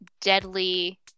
deadly